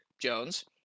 Jones